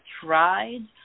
tried